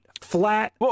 flat